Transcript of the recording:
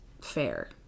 fair